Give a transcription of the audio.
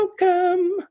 welcome